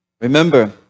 Remember